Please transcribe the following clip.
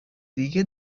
دیگه